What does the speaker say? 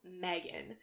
Megan